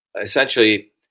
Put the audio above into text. essentially